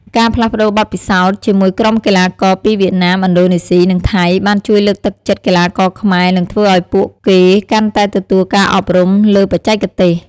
ការផ្លាស់ប្តូរបទពិសោធន៍ជាមួយក្រុមកីឡាករពីវៀតណាម ឥណ្ឌូនេស៊ី និងថៃ បានជួយលើកទឹកចិត្តកីឡាករខ្មែរ និងធ្វើឲ្យពួកគេកាន់តែទទួលការអប់រំលើបច្ចេកទេស។